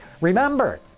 Remember